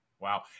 Wow